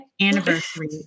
anniversary